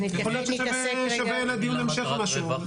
אז נתעסק רגע --- יכול להיות ששווה לדיון המשך משהו,